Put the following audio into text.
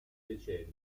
decennio